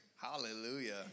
Hallelujah